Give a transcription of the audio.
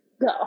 go